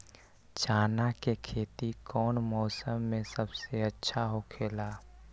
चाना के खेती कौन मौसम में सबसे अच्छा होखेला?